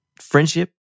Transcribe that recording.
friendship